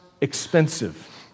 expensive